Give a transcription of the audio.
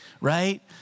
right